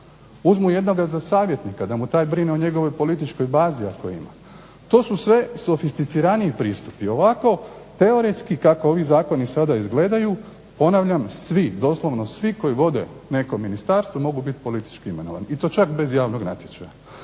Uzmu jednoga za savjetnika da mu taj brine o njegovoj političkoj bazi ako je ima. To su sve sofisticiraniji pristupi. Ovako teoretski kako ovi zakoni sada izgledaju ponavljam svi, doslovno svi koji vode neko ministarstvo mogu biti politički imenovani. I to čak bez javnog natječaja.